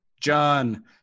John